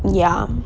ya